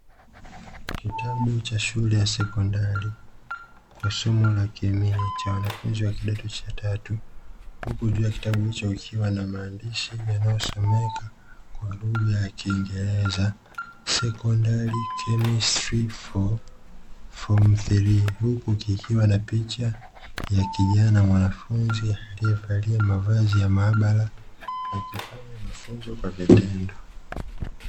Kitabu cha shule ya sekondari kwa somo la kemia cha wanafunzi wa kidato cha tatu huku juu ya kitabu hicho kukiwa na maandishi yanayosomeka kwa lugha ya kiingereza "secondary chemistry for from 3" huku kikiwa na picha ya kijana mwanafunzi aliyevalia mavazi ya mahabara akifanya mafunzo kwa vitendo.